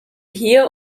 hier